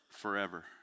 forever